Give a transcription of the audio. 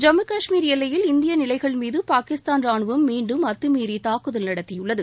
ஜம்மு காஷ்மீர் எல்லையில் இந்திய நிலைகள் மீது பாகிஸ்தான் ராணுவம் மீண்டும் அத்துமீறி தாக்குதல் நடத்தியுள்ளது